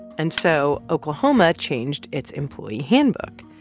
and so oklahoma changed its employee handbook.